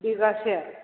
बिगासे